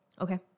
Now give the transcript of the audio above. Okay